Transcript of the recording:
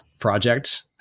project